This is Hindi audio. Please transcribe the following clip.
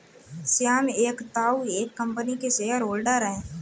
श्याम के ताऊ एक कम्पनी के शेयर होल्डर हैं